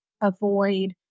avoid